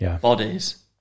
bodies